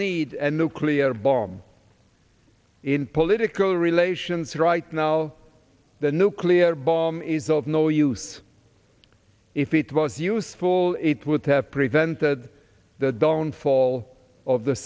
need and nuclear bomb in political relations right now the nuclear bomb is of no use if it was useful it would have prevented the downfall of the